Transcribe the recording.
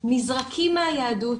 נזרקים מהיהדות,